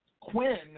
Quinn